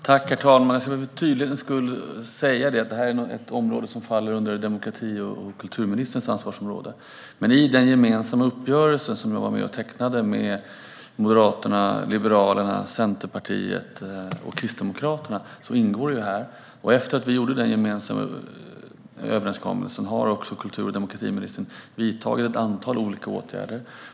Herr talman! Jag ska för tydlighetens skull säga att detta faller under kultur och demokratiminister Alice Bah Kuhnkes ansvarsområde och ingår i den gemensamma uppgörelse med Moderaterna, Liberalerna, Centerpartiet och Kristdemokraterna som jag var med om att träffa. Efter det att vi gjorde den gemensamma överenskommelsen har kultur och demokratiministern vidtagit ett antal olika åtgärder.